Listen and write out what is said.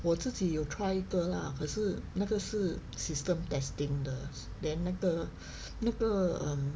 我自己有 try 一个啦可是那个是 system testing 的 then 那个那个 um